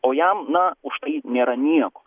o jam na už tai nėra nieko